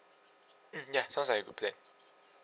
mm ya sounds like a good plan